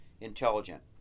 intelligent